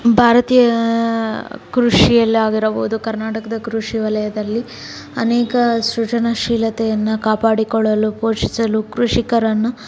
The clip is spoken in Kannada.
ಭಾರತೀಯ ಕೃಷಿಯಲ್ಲಾಗಿರಬಹುದು ಕರ್ನಾಟಕದ ಕೃಷಿ ವಲಯದಲ್ಲಿ ಅನೇಕ ಸೃಜನಶೀಲತೆಯನ್ನು ಕಾಪಾಡಿಕೊಳ್ಳಲು ಪೋಷಿಸಲು ಕೃಷಿಕರನ್ನು